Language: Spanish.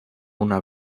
una